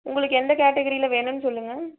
உங்களுக்கு எந்த கேட்டகிரியில வேணும்ன்னு சொல்லுங்கள்